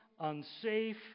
unsafe